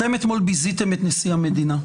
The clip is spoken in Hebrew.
אתם אתמול ביזיתם את נשיא המדינה,